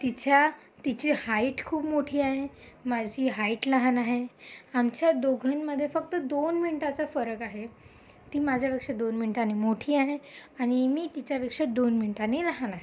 तिछ्या तिची हाईट खूप मोठी आहे माझी हाईट लहान आहे आमच्या दोघींमध्ये फक्त दोन मिनटाचा फरक आहे ती माझ्यापेक्षा दोन मिनटांनी मोठी आहे आणि मी तिच्यापेक्षा दोन मिनिटांनी लहान आहे